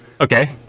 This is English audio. Okay